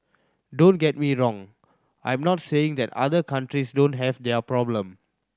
don't get me wrong I'm not saying that other countries don't have their problem